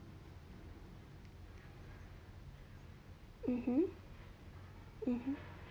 mmhmm mmhmm